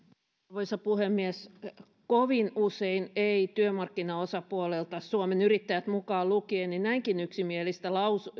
arvoisa puhemies kovin usein ei työmarkkinaosapuolelta suomen yrittäjät mukaan lukien näinkään yksimielistä